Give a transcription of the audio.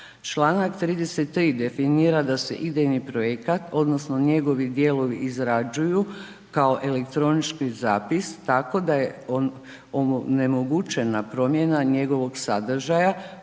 Čl. 33. definira da se idejni projekat odnosno njegovi dijelovi izrađuju kao elektronički zapis, tako da je onemogućena promjena njegovog sadržaja